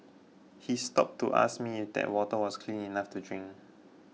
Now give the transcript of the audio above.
he stopped to ask me if that water was clean enough to drink